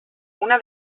una